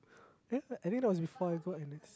then I think that was before I go N_S